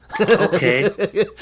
Okay